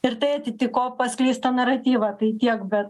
ir tai atitiko paskleistą naratyvą tai tiek bet